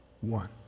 one